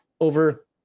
over